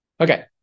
Okay